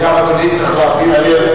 וגם אדוני צריך להבהיר,